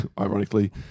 Ironically